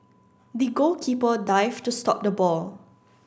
the goalkeeper dived to stop the ball